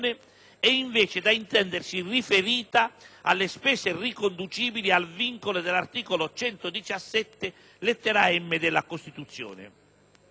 è invece da intendersi riferita alle spese riconducibili al vincolo dell'articolo 117, lettera *m)*, della Costituzione.